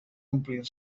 omplir